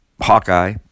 Hawkeye